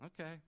Okay